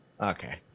Okay